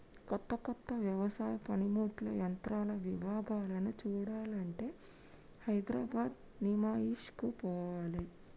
కొత్త కొత్త వ్యవసాయ పనిముట్లు యంత్రాల విభాగాలను చూడాలంటే హైదరాబాద్ నిమాయిష్ కు పోవాలే